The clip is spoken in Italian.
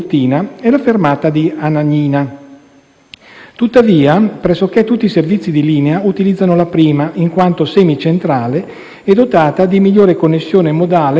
Tuttavia pressoché tutti i servizi di linea utilizzano la prima, in quanto semicentrale, dotata di migliore connessione modale (treno e metropolitana) e costantemente presidiata.